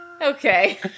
Okay